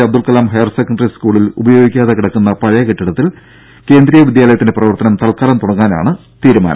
Abdul Kalam higher secondary സ്കൂളിൽ ഉപയോഗിക്കാതെ കിടക്കുന്ന പഴയ കെട്ടിടത്തിൽ കേന്ദ്രീയ വിദ്യാലയത്തിന്റെ പ്രവർത്തനം തൽക്കാലം തുടങ്ങാനാണ് ആലോചന